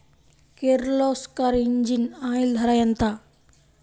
Kirloskar engine oil ధర ఎంత?